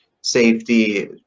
safety